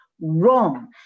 Wrong